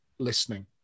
listening